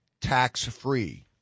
tax-free